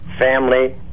family